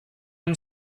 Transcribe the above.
and